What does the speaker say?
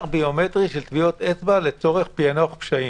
ביומטרי של טביעות אצבע לצורך פענוח פשעים,